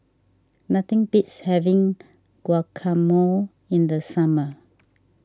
nothing beats having Guacamole in the summer